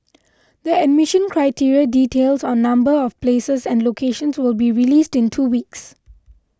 the admission criteria details on number of places and locations will be released in two weeks